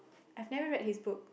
I've never read his book